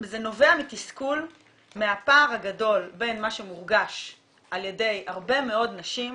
זה נובע מתסכול מהפער הגדול בין מה שמורגש על ידי הרבה מאוד נשים,